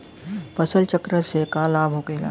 फसल चक्र से का लाभ होखेला?